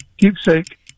Keepsake